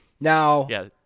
Now –